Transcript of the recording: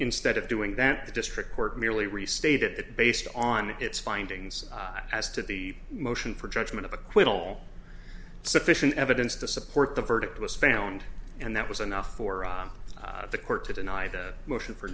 instead of doing that the district court merely restate it based on its findings as to the motion for judgment of acquittal sufficient evidence to support the verdict was found and that was enough for the court to deny the motion for